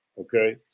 Okay